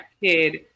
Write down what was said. kid